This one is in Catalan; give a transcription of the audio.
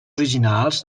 originals